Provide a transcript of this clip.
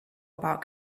about